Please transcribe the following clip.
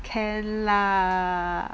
can lah